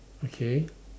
okay